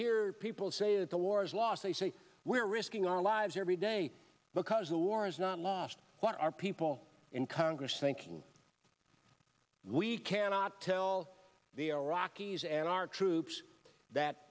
hear people say that the war is lost they say we're risking our lives every day because the war is not lost what are people in congress thinking we cannot tell the iraqis and our troops that